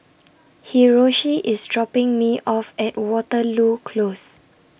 Hiroshi IS dropping Me off At Waterloo Close